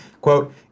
Quote